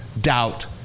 doubt